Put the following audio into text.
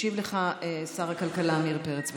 ישיב לך שר הכלכלה עמיר פרץ.